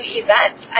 events